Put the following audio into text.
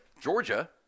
Georgia